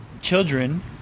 children